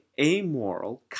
amoral